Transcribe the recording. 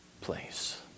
place